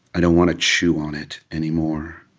i don't want to chew on it anymore.